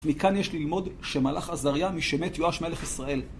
מכאן יש ללמוד שמלאך עזריה משמת יואש מלך ישראל.